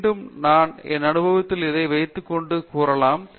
மீண்டும் நான் என் அனுபவத்தில் அதை வைத்துக்கொள்வேன் என்று கூறலாம்